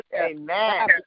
Amen